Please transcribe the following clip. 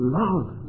love